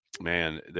man